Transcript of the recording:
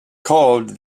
called